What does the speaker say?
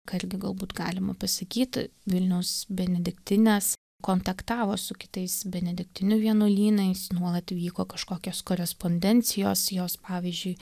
ką irgi galbūt galima pasakyt vilniaus benediktinės kontaktavo su kitais benediktinių vienuolynais nuolat vyko kažkokios korespondencijos jos pavyzdžiui